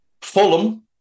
Fulham